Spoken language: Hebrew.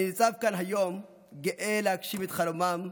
אני ניצב כאן היום, גאה להגשים את חלומם,